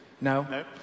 No